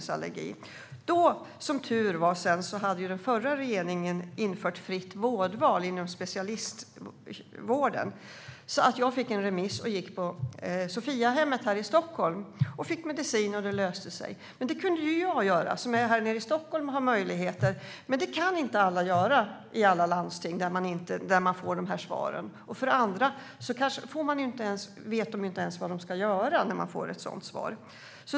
Som tur var införde den förra regeringen fritt vårdval inom specialistvården, så jag fick en remiss och gick till Sophiahemmet här i Stockholm. Där fick jag medicin, och det löste sig. Detta kunde jag, som är här nere i Stockholm och har möjligheter, göra. Men det kan inte alla i alla landsting göra när man får sådana här svar. Dessutom vet man kanske inte ens vad man ska göra när man får ett sådant svar.